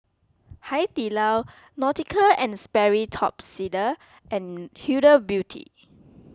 Hai Di Lao Nautica and Sperry Top Sider and Huda Beauty